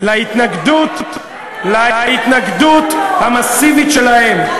להתנגדות המסיבית שלהם,